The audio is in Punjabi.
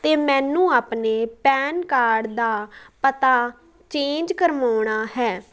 ਅਤੇ ਮੈਨੂੰ ਆਪਣੇ ਪੈਨ ਕਾਰਡ ਦਾ ਪਤਾ ਚੇਂਜ ਕਰਵਾਉਣਾ ਹੈ